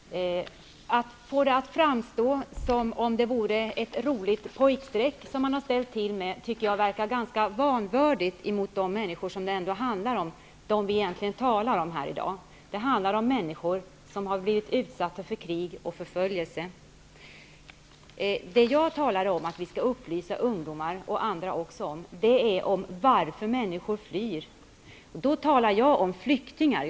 Herr talman! Att få det att framstå som om det vore ett roligt pojkstreck man har ställt till med tycker jag verkar ganska vanvördigt mot de människor som det handlar om, dem vi egentligen talar om i dag. Det handlar om människor som har blivit utsatta för krig och förföljelse. Det jag talar om att vi skall upplysa ungdomar och även andra om är varför människor flyr. Då talar jag om flyktingar.